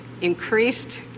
increased